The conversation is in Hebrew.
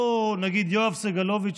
לא נגיד יואב סגלוביץ',